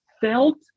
felt